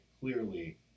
clearly